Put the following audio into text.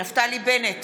נפתלי בנט,